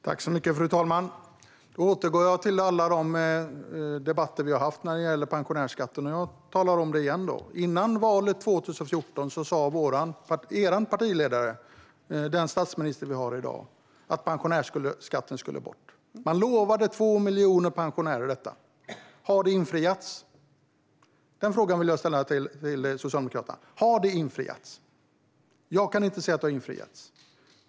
Fru talman! Då får jag upprepa det jag sagt i alla de debatter vi har haft om pensionärsskatten. Före valet 2014 sa er partiledare, som i dag är statsminister, att pensionärsskatten skulle bort. Man lovade 2 miljoner pensionärer detta. Har löftet infriats? Den frågan vill jag ställa till Socialdemokraterna. Jag kan inte se att det skulle ha infriats.